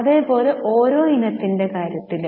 അതെ പോലെ ഓരോ ഇനത്തിന്റെ കാര്യത്തിലും